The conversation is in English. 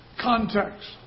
Context